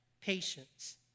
patience